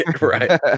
right